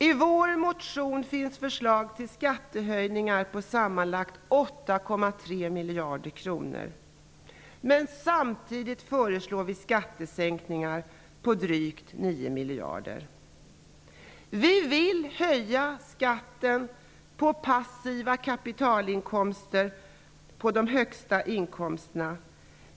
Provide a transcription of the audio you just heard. I våra motioner finns förslag till skattehöjningar på sammanlagt 8,3 miljarder kronor, men samtidigt föreslår vi skattesänkningar på drygt 9 miljarder kronor. Vi vill höja skatten på passiva kapitalinkomster och på de högsta inkomsterna.